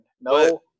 No